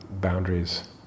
boundaries